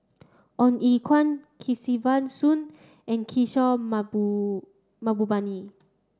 Ong Ye Kung Kesavan Soon and Kishore Mahbubani